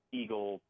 eagle